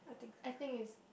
I think it's